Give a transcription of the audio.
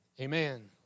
Amen